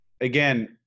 again